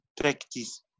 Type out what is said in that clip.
Practice